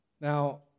Now